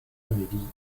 amélie